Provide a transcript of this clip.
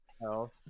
health